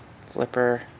Flipper